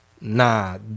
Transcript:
nah